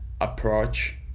approach